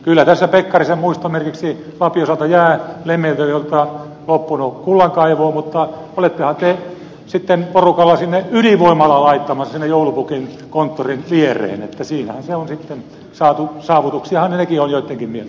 kyllä tässä pekkarisen muistomerkiksi lapin osalta jää lemmenjoelta loppunut kullankaivu mutta olettehan te sitten porukalla ydinvoimalaa laittamassa sinne joulupukin konttorin viereen niin että siinähän se on sitten saatu saavutuksiahan nekin ovat joittenkin mielestä